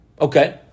Okay